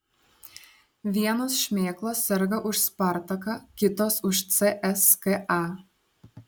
vienos šmėklos serga už spartaką kitos už cska